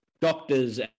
doctors